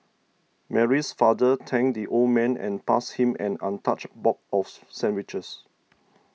Mary's father thanked the old man and passed him an untouched box of sandwiches